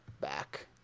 back